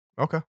Okay